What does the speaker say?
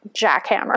jackhammer